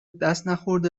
دستنخورده